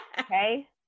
okay